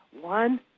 One